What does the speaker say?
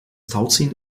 tauziehen